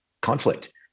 conflict